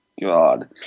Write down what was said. God